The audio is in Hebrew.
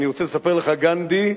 אני רוצה לספר לך, גנדי: